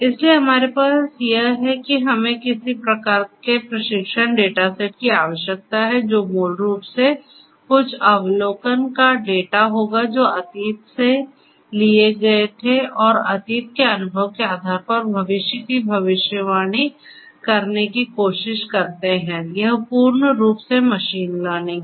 इसलिए हमारे पास यह है कि हमें किसी प्रकार के प्रशिक्षण डेटा सेट की आवश्यकता है जो मूल रूप से कुछ अवलोकन का डेटा होगा जो अतीत से लिए गए थे और अतीत के अनुभव के आधार पर भविष्य की भविष्यवाणी करने की कोशिश करते हैं यही पूर्ण रूप से मशीन लर्निंग है